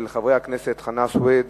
של חברי הכנסת חנא סוייד,